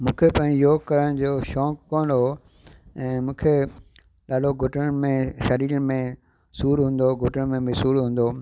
मुखे पहिरीं योग करण जो शौक़ु कोन हुओ ऐं मूंखे ॾाढो घुटननि में शरीर में सूरु हूंदो हुओ गोॾनि में बि सूरु हूंदो हुओ